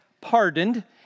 pardoned